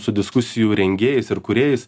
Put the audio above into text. su diskusijų rengėjais ir kūrėjais